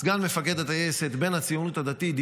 סגן מפקד הטייסת הוא בן הציונות הדתית.